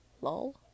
Lol